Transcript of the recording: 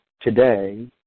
today